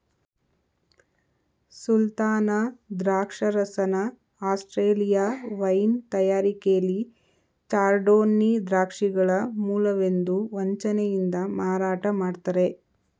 ಸುಲ್ತಾನ ದ್ರಾಕ್ಷರಸನ Australia wine ತಯಾರಿಕೆಲಿ chardonnay ದ್ರಾಕ್ಷಿಗಳ ಮೂಲವೆಂದು ವಂಚನೆಯಿಂದ ಮಾರಾಟ ಮಾಡ್ತರೆ